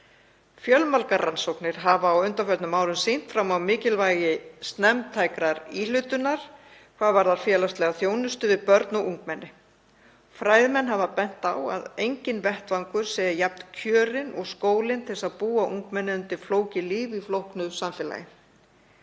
Fjölmargar rannsóknir hafa á undanförnum árum sýnt fram á mikilvægi snemmtækrar íhlutunar hvað varðar félagslega þjónustu við börn og ungmenni. Fræðimenn hafa bent á að enginn vettvangur sé jafn kjörinn og skólinn til þess að búa ungmenni undir flókið líf í flóknu samfélagi.